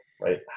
right